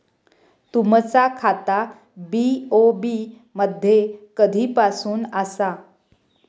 तुमचा खाता बी.ओ.बी मध्ये कधीपासून आसा?